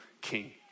king